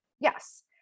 yes